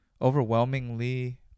overwhelmingly